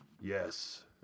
Yes